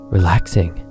Relaxing